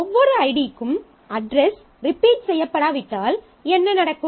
ஒவ்வொரு ஐடிக்கும் address repeat செய்யப்படாவிட்டால் என்ன நடக்கும்